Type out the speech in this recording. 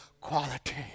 quality